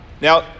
Now